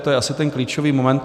To je asi ten klíčový moment.